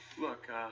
Look